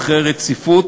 אחרי רציפות,